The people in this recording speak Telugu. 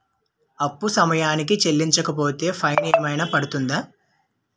అప్పు సమయానికి చెల్లించకపోతే ఫైన్ ఏమైనా పడ్తుంద?